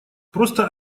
просто